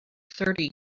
thirty